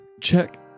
check